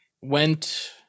went